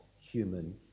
human